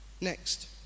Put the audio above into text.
next